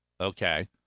Okay